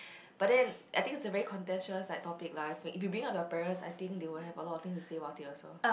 but then I think it's a very conscientious like topic lah if you bring up your parents I think they will have a lot of things to say about it also